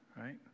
right